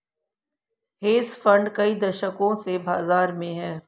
hedge fund कई दशकों से बाज़ार में हैं